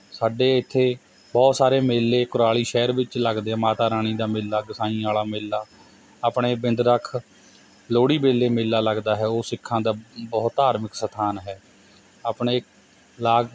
ਸਾਡੇ ਇੱਥੇ ਬਹੁਤ ਸਾਰੇ ਮੇਲੇ ਕੁਰਾਲੀ ਸ਼ਹਿਰ ਵਿੱਚ ਲੱਗਦੇ ਮਾਤਾ ਰਾਣੀ ਦਾ ਮੇਲਾ ਗੁਸਾਈਂ ਵਾਲਾ ਮੇਲਾ ਆਪਣੇ ਬਿੰਦਰੱਖ ਲੋਹੜੀ ਵੇਲੇ ਮੇਲਾ ਲੱਗਦਾ ਹੈ ਉਹ ਸਿੱਖਾਂ ਦਾ ਬਹੁਤ ਧਾਰਮਿਕ ਸਥਾਨ ਹੈ ਆਪਣੇ ਲਾਗ